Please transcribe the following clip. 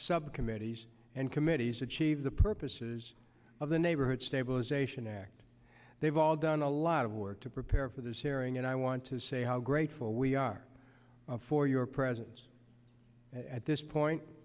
subcommittees and committees achieve the purposes of the neighborhood stabilization act they've all done a lot of work to prepare for this hearing and i want to say how grateful we are for your presence at this point